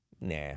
Nah